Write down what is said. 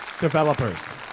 Developers